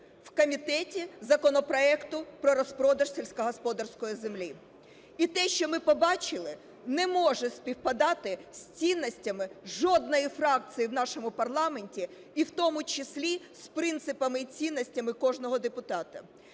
в комітеті законопроекту про розпродаж сільськогосподарської землі. І те, що ми побачили, не може співпадати з цінностями жодної фракції в нашому парламенті, і в тому числі з принципами і цінностями кожного депутата.